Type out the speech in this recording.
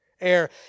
Air